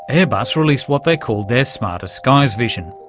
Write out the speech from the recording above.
airbus released what they called their smarter skies vision,